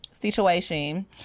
situation